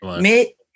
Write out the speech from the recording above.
mais